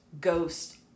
ghost